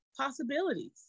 possibilities